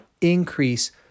increase